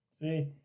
See